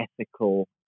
ethical